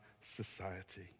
society